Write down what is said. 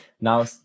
Now